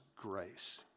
grace